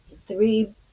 three